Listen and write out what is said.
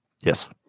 Yes